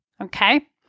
okay